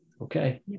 Okay